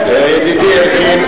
ידידי אלקין,